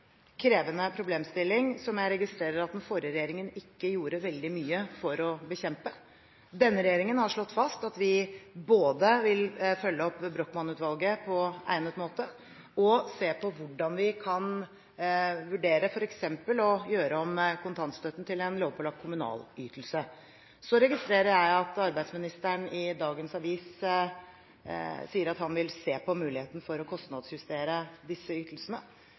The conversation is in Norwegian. krevende problemstilling, som jeg registrerer at den forrige regjeringen ikke gjorde veldig mye for å bekjempe. Denne regjeringen har slått fast at den både vil følge opp Brochmann-utvalget på egnet måte og se på hvordan en f.eks. kan vurdere å gjøre kontantstøtten om til en lovpålagt kommunal ytelse. Jeg registrerer at arbeids- og sosialministeren i dagens avis sier at han vil se på muligheten for å kostnadsjustere disse ytelsene.